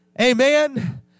Amen